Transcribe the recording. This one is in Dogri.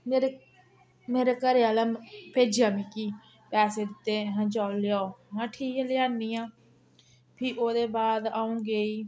मेरे मेरे घरे आहले भेजेआ मिकी पैसे दिते अहें जाओ लेआओ महां ठीक ऐ लेआनियां फ्ही ओह्दे बाद आ'ऊं गेई